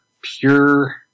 pure –